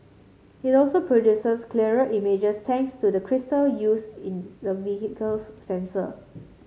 it also produces clearer images thanks to the crystal used in the vehicle's sensor